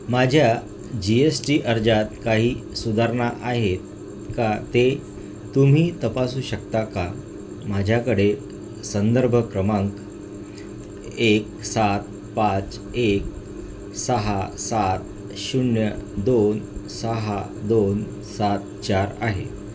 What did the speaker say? माझ्या G S T अर्जात काही सुधारणा आहेत का ते तुम्ही तपासू शकता का माझ्याकडे संदर्भ क्रमांक एक सात पाच एक सहा सात शून्य दोन सहा दोन सात चार आहे